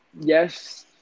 yes